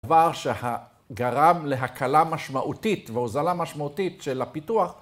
‫דבר שגרם להקלה משמעותית ‫והוזלה משמעותית של הפיתוח.